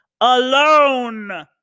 alone